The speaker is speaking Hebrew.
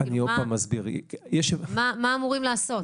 מה אמורים לעשות?